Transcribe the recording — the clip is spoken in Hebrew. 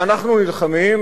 ואנחנו נלחמים,